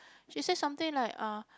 she said something like uh